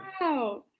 Wow